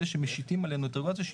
אלה שמשיתים עלינו את הרגולציה,